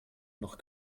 noch